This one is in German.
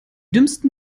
dümmsten